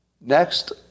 Next